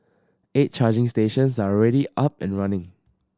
eight charging stations are already up and running